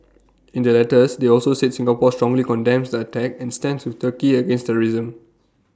in their letters they also said Singapore strongly condemns the attack and stands with turkey against terrorism